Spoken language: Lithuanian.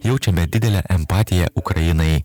jaučiame didelę empatiją ukrainai